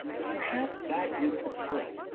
but perhaps that is the point.